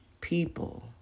people